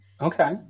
okay